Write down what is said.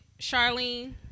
Charlene